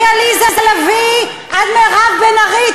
מעליזה לביא עד מירב בן ארי,